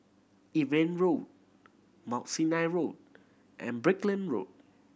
Evelyn Road Mount Sinai Road and Brickland Road